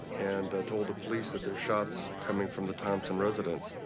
and told the police that there's shots coming from the thompson residence.